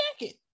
jacket